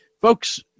Folks